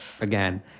again